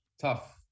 Tough